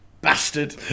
Bastard